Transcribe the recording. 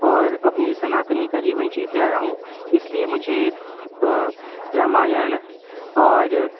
और अपने सनातनी का जीवन जीते आया हूँ इसलिए मुझे रामायण और